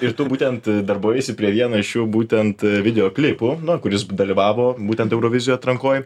ir tu būtent darbavaisi prie vieno iš jų būtent videoklipų na kuris dalyvavo būtent eurovizijoj atrankoj